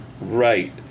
Right